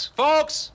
folks